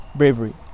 bravery